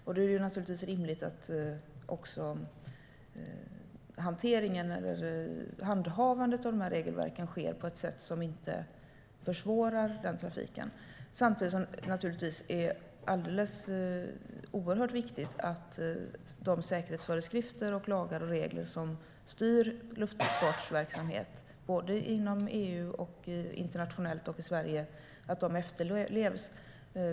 Det är naturligtvis rimligt att handhavandet av regelverken sker på ett sätt som inte försvårar trafiken, samtidigt som det givetvis är alldeles oerhört viktigt att de säkerhetsföreskrifter, lagar och regler som styr luftfartsverksamheten såväl inom EU och internationellt som i Sverige efterlevs.